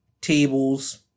tables